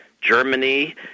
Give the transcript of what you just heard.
Germany